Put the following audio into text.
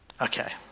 Okay